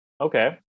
Okay